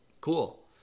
cool